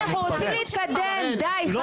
אנחנו רוצים להתקדם, אתה